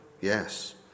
Yes